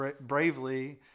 bravely